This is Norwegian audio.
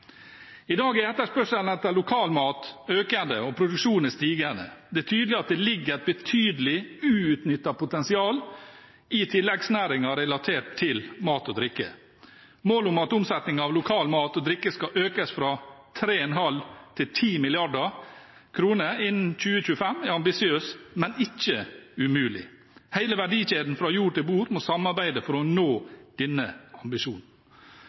I dag er etterspørselen etter lokal mat økende, og produksjonen er stigende. Det er tydelig at det ligger et betydelig uutnyttet potensial i tilleggsnæringer relatert til mat og drikke. Målet om at omsetningen av lokal mat og drikke skal økes fra 3,5 mrd. kr til 10 mrd. kr innen 2025, er ambisiøst, men ikke umulig. Hele verdikjeden fra jord til bord må samarbeide for å nå denne ambisjonen.